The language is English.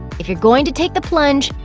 if you are going to take the plunge,